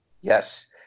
yes